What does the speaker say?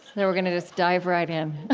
and we're going to just dive right in